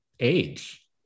age